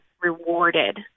rewarded